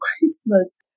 Christmas